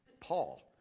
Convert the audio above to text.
Paul